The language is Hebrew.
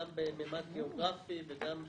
גם בממד גאוגרפי, וגם בסקטוריאלי.